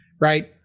right